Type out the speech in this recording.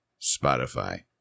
Spotify